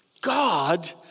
God